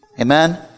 Amen